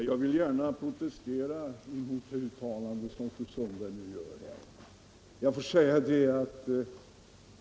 Herr talman! Jag vill protestera mot det uttalande som fru Sundberg nu gjort här.